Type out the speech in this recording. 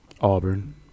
Auburn